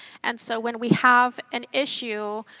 and so when we have an issue,